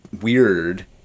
weird